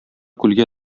күлгә